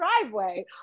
driveway